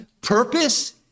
Purpose